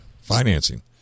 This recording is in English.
financing